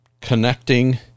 connecting